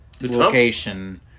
location